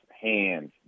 hands